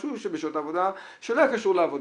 משהו בשעות העבודה שלא היה קשור לעבודה.